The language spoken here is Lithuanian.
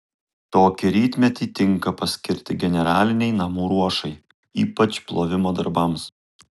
tokį rytmetį tinka paskirti generalinei namų ruošai ypač plovimo darbams